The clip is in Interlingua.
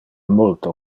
multo